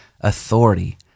authority